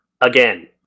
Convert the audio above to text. again